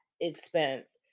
expense